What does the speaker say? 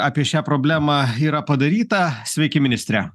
apie šią problemą yra padaryta sveiki ministre